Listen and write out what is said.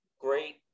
great